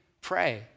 pray